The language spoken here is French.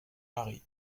mari